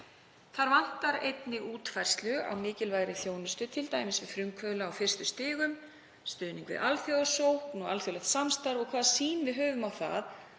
Þar vantar einnig útfærslu á mikilvægri þjónustu, t.d. við frumkvöðla á fyrstu stigum, stuðning við alþjóðasókn og alþjóðlegt samstarf og hvaða sýn við höfum á það